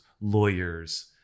lawyers